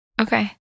Okay